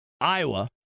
Iowa